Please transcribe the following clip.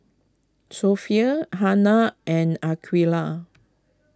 Sofea Hana and Aqilah